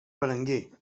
berenguer